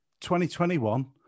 2021